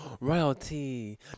royalty